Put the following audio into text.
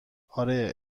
آره